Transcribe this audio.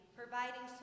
providing